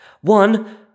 One